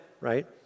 right